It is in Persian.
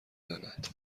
زند